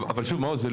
אבל שוב מעוז,